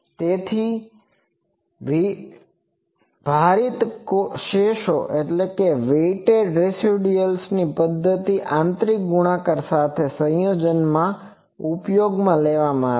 તેથી ભારિત શેષોની પદ્ધતિ આંતરિક ગુણાકાર સાથે સંયોજનમાં ઉપયોગમાં લેવામાં આવે છે